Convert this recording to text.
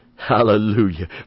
Hallelujah